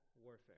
warfare